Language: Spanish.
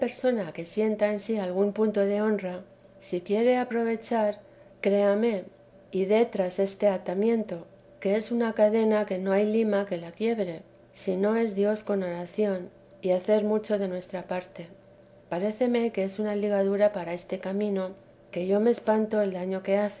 que sienta en sí algún punto de honra si quiere aprovechar créame y dé tras este atamiento que es una cadena que no hay lima que la quiebre sino es dios con oración y hacer mucho de nuestra parte paréceme que es una ligadura para este camino que yo me espanto el daño que